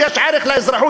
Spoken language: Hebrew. שיש ערך לאזרחות,